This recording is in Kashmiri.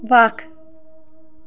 وق